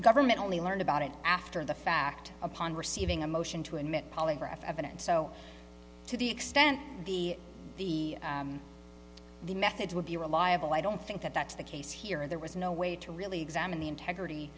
government only learned about it after the fact upon receiving a motion to admit polygraph evidence so to the extent the the the methods would be reliable i don't think that that's the case here and there was no way to really examine the integrity